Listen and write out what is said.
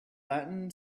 latin